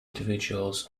individuals